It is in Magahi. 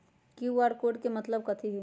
कियु.आर कोड के मतलब कथी होई?